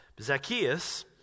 Zacchaeus